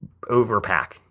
Overpack